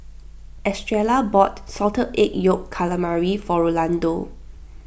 Estrella bought Salted Egg Yolk Calamari for Rolando